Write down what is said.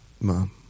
Mom